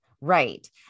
Right